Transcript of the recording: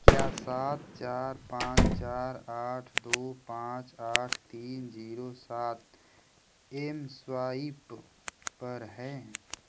क्या सात चार पाँच चार आठ दो पाँच आठ तीन जीरो सात एमस्वाइप पर है